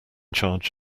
charge